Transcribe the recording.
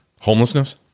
Homelessness